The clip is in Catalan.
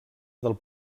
del